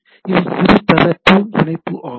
இது இருதரப்பு இணைப்பு ஆகும்